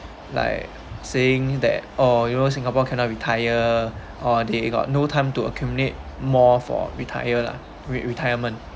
like saying that oh you know singapore cannot retire or they got no time to accumulate more for retire lah re~ retirement